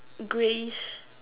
Greyish